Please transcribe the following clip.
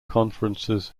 conferences